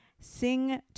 Sing